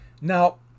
now